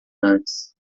antes